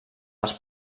els